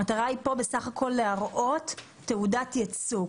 המטרה כאן היא להראות תעודת ייצוא.